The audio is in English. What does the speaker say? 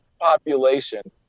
population